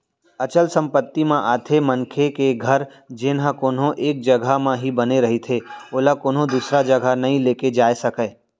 अचल संपत्ति म आथे मनखे के घर जेनहा कोनो एक जघा म ही बने रहिथे ओला कोनो दूसर जघा नइ लेगे जाय सकय